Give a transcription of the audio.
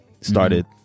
started